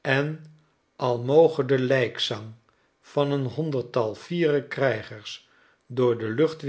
en al moge de lijkzang van een honderdtal flere krijgers door de lucht